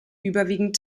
überwiegend